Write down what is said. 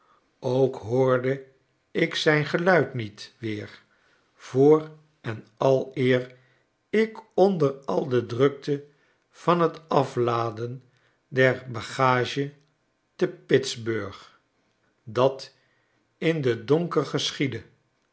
ook hoorde ik zijn geluid niet weer voor en aleer ik onder al de drukte van t afladen der bagage te pittsburg dat in den